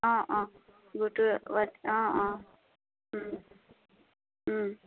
অঁ অঁ গোটৰ হোৱাট অঁ অঁ